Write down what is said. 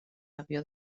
avió